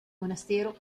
monastero